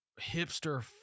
hipster